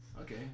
Okay